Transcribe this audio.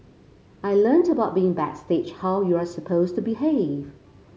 I learnt about being backstage how you are supposed to behave